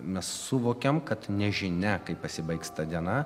mes suvokėm kad nežinia kaip pasibaigs ta diena